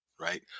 right